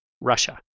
Russia